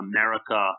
America